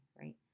right